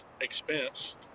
expense